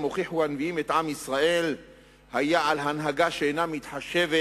הוכיחו הנביאים את עם ישראל היה קיומה של הנהגה שאינה מתחשבת